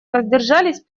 воздержались